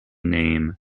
name